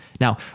now